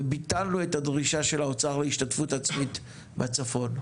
וביטלנו את הדרישה של האוצר להשתתפות עצמית בצפון.